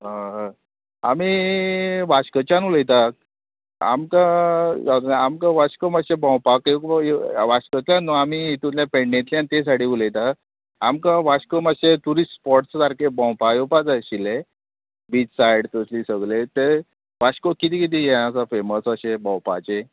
हय हय आमी वास्कोचान उलयतात आमकां आमकां वास्को मातशें भोंवपाक येवपा वास्कचल्यान न्हू आमी हितूंतल्यान फेडेंतल्यान ते सायडीक उलयता आमकां वास्को मात्शे ट्युरिस्ट स्पोट्स सारके भोंवपा येवपा जाय आशिल्ले बीच सायड तसले सगळे ते वास्को कितें कितें हे आसा फेमस अशें भोंवपाचे